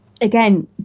Again